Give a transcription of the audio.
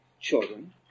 children